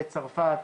בצרפת,